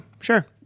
sure